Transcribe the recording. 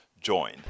join